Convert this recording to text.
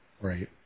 Right